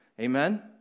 amen